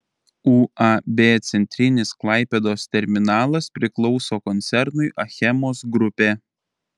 uab centrinis klaipėdos terminalas priklauso koncernui achemos grupė